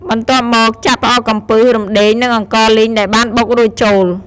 បន្ទាប់មក ចាក់ផ្អកកំពឹស រំដេង និងអង្ករលីងដែលបានបុករួចចូល។